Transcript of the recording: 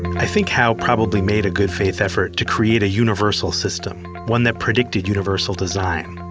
i think howe probably made a good faith effort to create a universal system, one that predicted universal design.